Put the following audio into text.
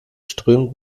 strömt